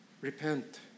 Repent